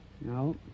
No